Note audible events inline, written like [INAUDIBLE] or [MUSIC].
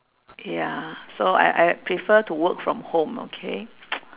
ya so I I prefer to work from home okay [NOISE]